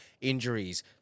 injuries